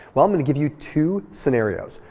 well i'm going to give you two scenarios.